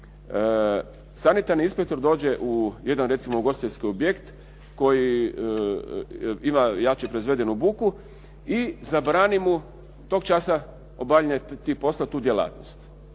Sanitarni inspektor dođe u jedan recimo ugostiteljski objekt koji ima jače proizvedenu buku i zabrani mu tog časa obavljanje tih poslova, tu djelatnost.